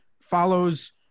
follows